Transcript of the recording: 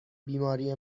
بیماری